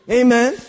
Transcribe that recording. amen